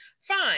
fine